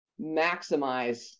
maximize